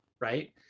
right